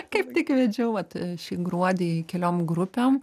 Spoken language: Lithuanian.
kaip tik vedžiau vat šį gruodį keliom grupėm